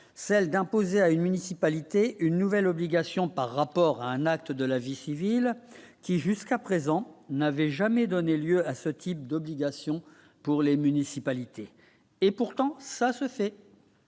Celle d'imposer à une municipalité, une nouvelle obligation par rapport à un acte de la vie civile, qui jusqu'à présent n'avait jamais donné lieu à ce type d'obligation pour les municipalités, et pourtant ça se fait.